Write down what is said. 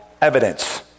evidence